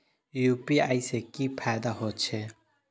UPI से की फायदा हो छे?